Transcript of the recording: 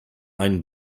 einen